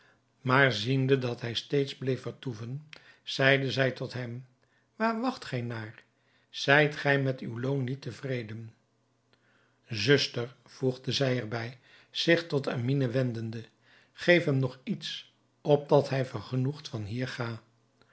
maar ziende dat hij steeds bleef vertoeven zeide zij tot hem waar wacht gij naar zijt gij met uw loon niet tevreden zuster voegde zij er bij zich tot amine wendende geef hem nog iets opdat hij vergenoegd van hier ga